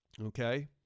Okay